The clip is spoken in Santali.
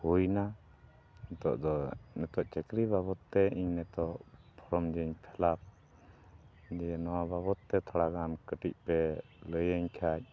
ᱦᱩᱭᱱᱟ ᱱᱤᱛᱚᱜ ᱫᱚ ᱱᱤᱛᱚᱜ ᱪᱟᱹᱠᱨᱤ ᱵᱟᱵᱚᱛ ᱛᱮ ᱤᱧ ᱱᱤᱛᱚᱜ ᱯᱷᱚᱨᱚᱢ ᱡᱮᱧ ᱯᱷᱮᱞᱟᱯ ᱡᱮ ᱱᱚᱣᱟ ᱵᱟᱵᱚᱛ ᱛᱮ ᱛᱷᱚᱲᱟ ᱜᱟᱱ ᱠᱟᱹᱴᱤᱡ ᱯᱮ ᱞᱟᱹᱭᱟᱹᱧ ᱠᱷᱟᱱ